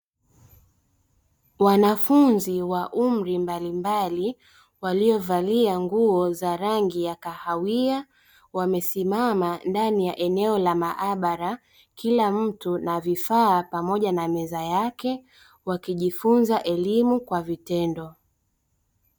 Wanafunzi wa umri mbalimbali waliovalia nguo za rangi ya kahawia, wamesimama ndani ya eneo la maabara kila mtu na vifaa pamoja na meza yake, wakijifunza elimu kwa vitendo.